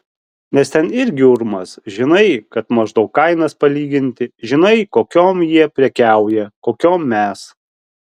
nes ten irgi urmas žinai kad maždaug kainas palyginti žinai kokiom jie prekiauja kokiom mes